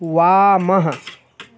वामः